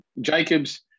Jacobs